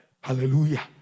Hallelujah